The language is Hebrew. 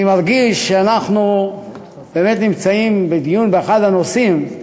אני מרגיש שאנחנו באמת נמצאים בדיון באחד הנושאים,